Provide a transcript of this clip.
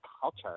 culture